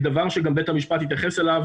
דבר שגם בית המשפט התייחס אליו,